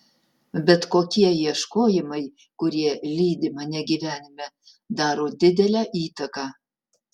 bet kokie ieškojimai kurie lydi mane gyvenime daro didelę įtaką